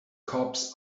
cops